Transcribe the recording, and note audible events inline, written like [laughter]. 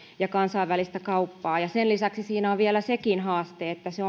ja kansainvälistä kauppaa sen lisäksi siinä on vielä sekin haaste että se [unintelligible]